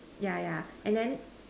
yeah yeah and then